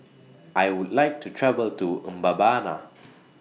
I Would like to travel to Mbabana